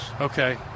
Okay